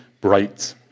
bright